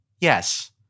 Yes